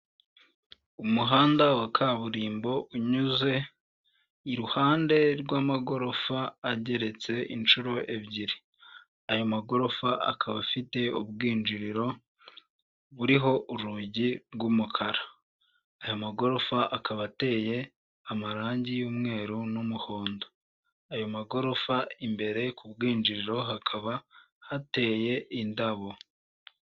Umuhanda wa kaburimbo unyuze iruhande rw'amagorofa ageretse inshuro ebyiri. Ayo magorofa akaba afite ubwinjiriro buriho urugi rw'umukara. Aya magorofa akaba ateye amarangi y'umweru n'umuhondo. Ayo magorofa imbere ku bwinjiriro hakaba hateye indabo.